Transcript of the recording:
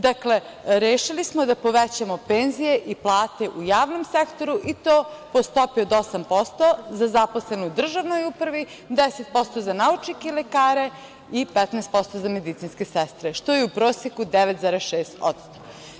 Dakle, rešili smo da povećamo penzije i plate u javnom sektoru, i to po stopi od 8% za zaposlene u državnoj upravi, 10% za naučnike i lekare i 15% za medicinske sestre, što je u proseku 9,6%